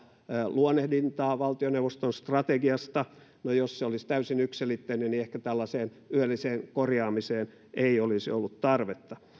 luonnehdintaa valtioneuvoston strategiasta no jos se olisi täysin yksiselitteinen niin ehkä tällaiseen yölliseen korjaamiseen ei olisi ollut tarvetta